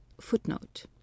Footnote